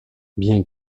bien